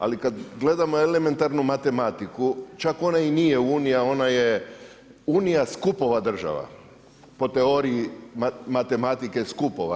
Ali kad gledamo elementarnu matematiku čak ona i nije Unija, ona je Unija skupina država po teoriji matematike skupova.